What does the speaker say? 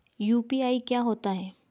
UPI क्या होता है?